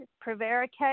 prevaricate